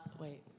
wait